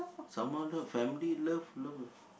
someone love family love love